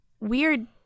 weird